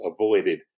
avoided